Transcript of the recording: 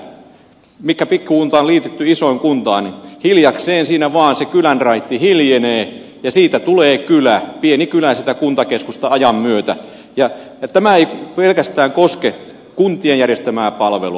mutta kyllä näissä tapauksissa kun pikkukunnat on liitetty isoon kuntaan hiljakseen siinä vaan se kylänraitti hiljenee ja siitä tulee kylä pieni kylä siitä kuntakeskuksesta ajan myötä ja tämä ei pelkästään koske kuntien järjestämää palvelua